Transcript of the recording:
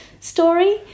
story